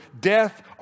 death